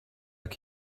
are